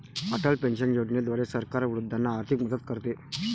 Atal pension योजनेद्वारे सरकार वृद्धांना आर्थिक मदत करते